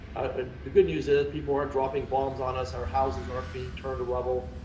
ah the good news is, people aren't dropping bombs on us, our houses aren't being turned to rubble.